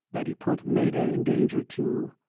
had he put meta in danger, too?